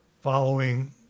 following